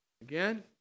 Again